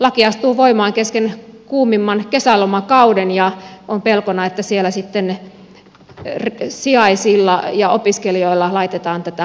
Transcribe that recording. laki astuu voimaan kesken kuumimman kesälomakauden ja on pelkona että siellä sitten sijaisilla ja opiskelijoilla laitetaan tätä lakia käytäntöön